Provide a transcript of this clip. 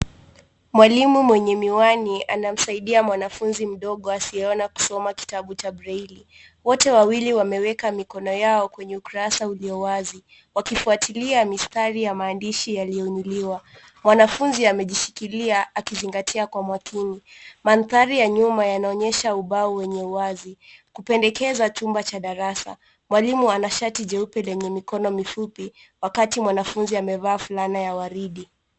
Mwalimu mwenye miwani anamsaidia mwanafunzi mdogo asiyeona kusoma kitabu cha braille . Wote wawili wameweka mikono yao kwenye ukurasa ulio wazi, wakifuatilia mistari ya maandishi yaliyoinuliwa. Mwanafunzi amejishikilia akizingatia kwa makini. Mandhari ya nyuma yanaonyesha ubao wenye uwazi, kupendekeza chumba cha darasa. Mwalimu ana shati jeupe lenye mikono mifupi, wakati mwanafunzi amevaa fulana ya waridi.